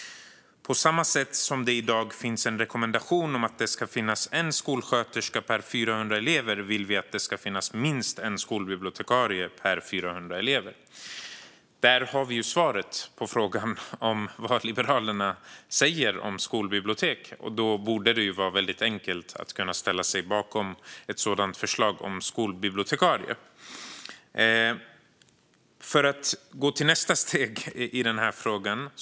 På samma sätt som det i dag finns en rekommendation om att det ska finnas en skolsköterska per 400 elever, vill vi att det ska finnas minst en skolbibliotekarie per 400 elever." Där har vi svaret på frågan om vad Liberalerna säger om skolbibliotek. Då borde det vara väldigt enkelt att kunna ställa sig bakom förslaget om skolbibliotekarier. Jag ska gå till nästa steg i denna fråga.